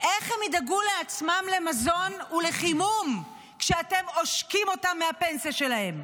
איך הם ידאגו לעצמם למזון ולחימום כשאתם עושקים אותם מהפנסיה שלהם?